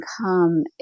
come